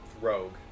rogue